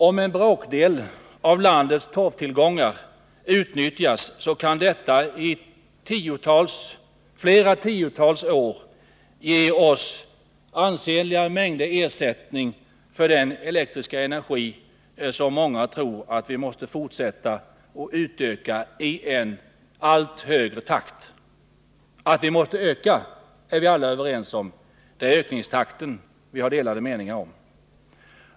Om en bråkdel av landets torvtillgångar utnyttjas, kan detta i flera tiotals år ge oss ansenliga mängder ersättning för den elektriska energi som många tror att vi måste förbruka i allt högre takt. Att det blir en ökning är alla överens om, men i fråga om ökningstakten råder det delade meningar.